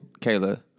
Kayla